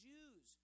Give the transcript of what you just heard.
Jews